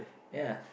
ya